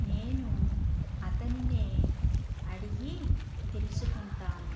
నేను అతనినే అడిగి తెలుసుకుంటాను